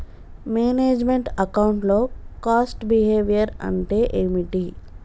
Manage meant account లో cost behaviour అంటే ఏమిటి?